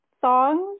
songs